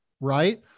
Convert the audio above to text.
right